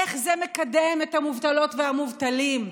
איך זה מקדם את המובטלות והמובטלים?